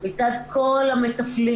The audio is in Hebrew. מצד כל המטפלים.